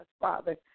Father